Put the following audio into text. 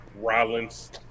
Rollins